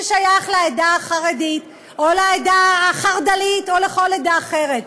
ששייך לעדה החרדית או לעדה החרד"לית או לכל עדה אחרת,